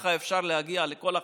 ככה אפשר להגיע לכל החברה.